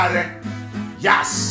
Yes